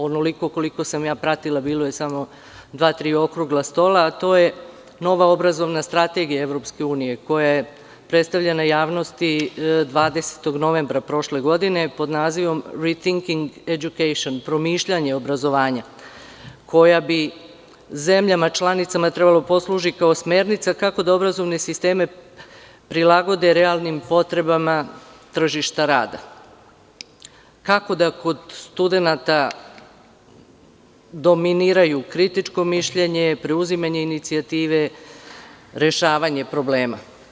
Onoliko koliko sam ja pratila, bilo je samo dva, tri okrugla stola, a to je nova obrazovna strategija EU koja je predstavljena javnosti 20. novembra prošle godine pod nazivom „Rethinking education“ – „Promišljanje obrazovanja“,koja bi zemljama članicama trebalo da posluži kao smernica, kako da obrazovne sisteme prilagode realnim potrebama tržišta rada, kako da kod studenata dominiraju kritičko mišljenje, preuzimanje inicijative, rešavanje problema.